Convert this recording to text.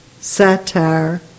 satire